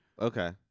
Okay